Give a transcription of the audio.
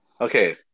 okay